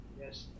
Yes